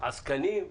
עסקנים?